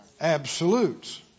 absolutes